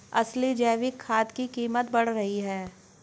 असली जैविक खाद की कीमत बढ़ रही है